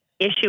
issue